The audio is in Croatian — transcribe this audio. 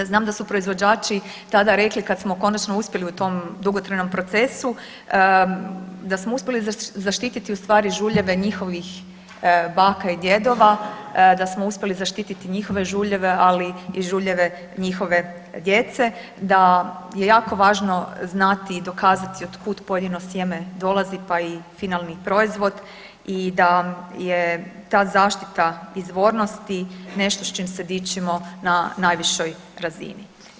Znam da su proizvođači tada rekli kada smo konačno uspjeli u tom dugotrajnom procesu da smo uspjeli zaštititi ustvari žuljeve njihovih baka i djedova, da smo uspjeli zaštititi njihove žuljeve, ali i žuljeve njihove djece, da je jako važno znati i dokazati od kud pojedino sjeme dolazi pa i finalni proizvod i da je ta zaštita izvornosti nešto s čim se dičimo na najvišoj razini.